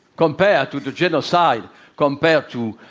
compared to the genocide compared to,